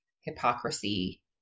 hypocrisy